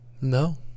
No